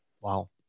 Wow